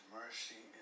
mercy